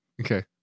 Okay